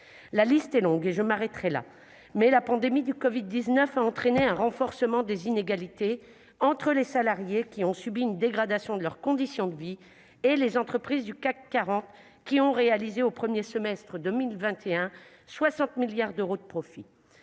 La liste est longue et je m'arrêterai là. La pandémie de covid-19 a entraîné un renforcement des inégalités entre les salariés, qui ont subi une dégradation de leurs conditions de vie, et les entreprises du CAC 40, qui ont réalisé, au premier semestre 2021, 60 milliards d'euros de profits.